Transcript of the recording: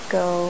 go